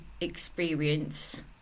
experience